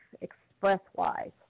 express-wise